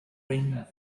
ring